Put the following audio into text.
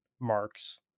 marks